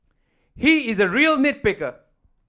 he is a real nit picker